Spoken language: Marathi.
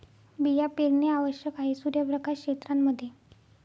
बिया पेरणे आवश्यक आहे सूर्यप्रकाश क्षेत्रां मध्ये